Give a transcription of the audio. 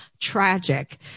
tragic